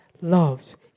loves